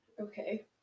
okay